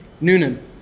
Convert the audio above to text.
Noonan